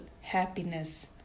happiness